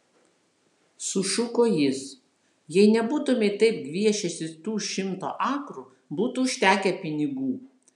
sušuko jis jei nebūtumei taip gviešęsis tų šimto akrų būtų užtekę pinigų